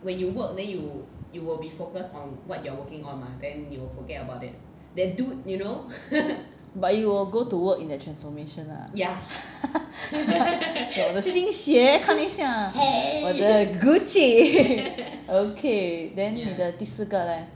but you will go to work in the transformation lah 我的新鞋看一下我的 Gucci okay then 你的第四个 leh